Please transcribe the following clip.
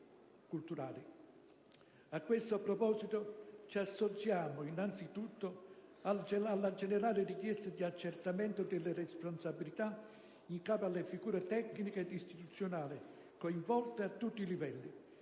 A questo proposito, ci associamo innanzitutto alla generale richiesta di accertamento delle responsabilità in capo alle figure tecniche e istituzionali coinvolte a tutti i livelli,